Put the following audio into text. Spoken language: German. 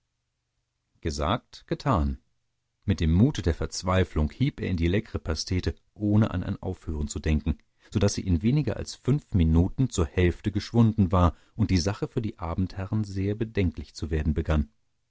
gesagt getan mit dem mute der verzweiflung hieb er in die leckere pastete ohne an ein aufhören zu denken so daß sie in weniger als fünf minuten zur hälfte geschwunden war und die sache für die abendherren sehr bedenklich zu werden begann